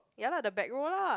ya lah the back row lah